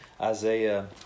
Isaiah